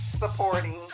Supporting